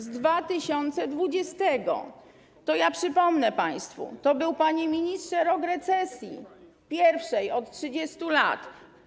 Z 2020 r. Przypomnę państwu, że to był, panie ministrze, rok recesji, pierwszej od 30 lat.